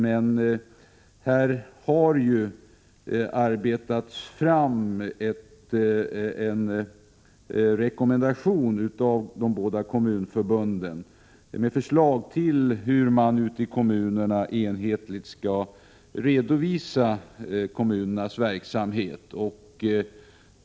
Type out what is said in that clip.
Det har också arbetats fram en rekommendation av de båda kommunförbunden med förslag om hur man ute i kommunerna enhetligt skall kunna redovisa kommunernas verksamhet.